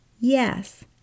Yes